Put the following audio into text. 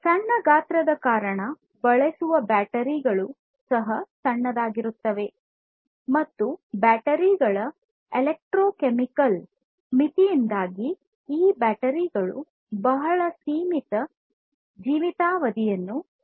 ಸಣ್ಣ ಗಾತ್ರದ ಕಾರಣ ಬಳಸುವ ಬ್ಯಾಟರಿಗಳು ಸಹ ಚಿಕ್ಕದಾಗಿರುತ್ತವೆ ಮತ್ತು ಬ್ಯಾಟರಿಗಳ ಎಲೆಕ್ಟ್ರೋಕೆಮಿಕಲ್ ಮಿತಿಯಿಂದಾಗಿ ಈ ಬ್ಯಾಟರಿಗಳು ಬಹಳ ಸೀಮಿತ ಜೀವಿತಾವಧಿಯನ್ನು ಹೊಂದಿರುತ್ತವೆ